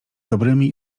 dobrymi